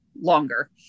longer